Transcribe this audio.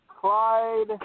Clyde